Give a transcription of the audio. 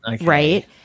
right